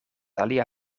alia